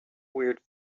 weird